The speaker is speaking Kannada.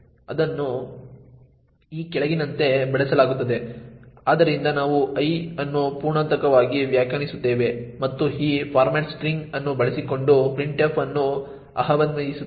ಇದನ್ನು ಈ ಕೆಳಗಿನಂತೆ ಬಳಸಲಾಗುತ್ತದೆ ಆದ್ದರಿಂದ ನಾವು i ಅನ್ನು ಪೂರ್ಣಾಂಕವಾಗಿ ವ್ಯಾಖ್ಯಾನಿಸುತ್ತೇವೆ ಮತ್ತು ಈ ಫಾರ್ಮ್ಯಾಟ್ ಸ್ಟ್ರಿಂಗ್ ಅನ್ನು ಬಳಸಿಕೊಂಡು printf ಅನ್ನು ಆಹ್ವಾನಿಸುತ್ತೇವೆ